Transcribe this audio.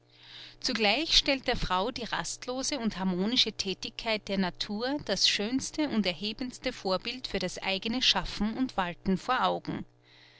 zugleich stellt der frau die rastlose und harmonische thätigkeit der natur das schönste und erhebendste vorbild für das eigene schaffen und walten vor augen